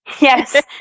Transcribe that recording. yes